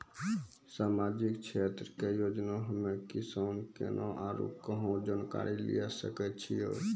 समाजिक क्षेत्र के योजना हम्मे किसान केना आरू कहाँ जानकारी लिये सकय छियै?